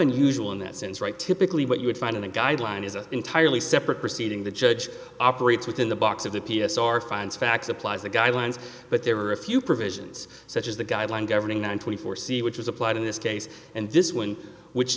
unusual in that sense right typically what you would find in a guideline is an entirely separate proceeding the judge operates within the box of the p s r finds facts applies the guidelines but there are a few provisions such as the guideline governing on twenty four c which is applied in this case and this one which